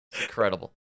Incredible